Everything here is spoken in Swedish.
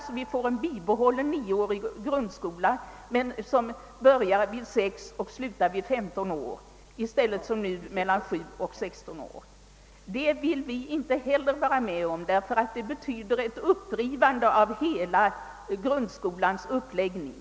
Det skulle alltså vara fråga om en bibehållen nioårig grundskola, som dock börjar vid sex och slutar vid femton år i stället för att som nu börja vid sju och sluta vid sexton ar. Detta vill vi inte heller vara med om, eftersom det betyder ett upprivande av hela grundskolans uppläggning.